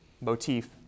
motif